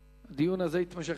הדיון הזה יכול להתמשך.